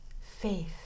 faith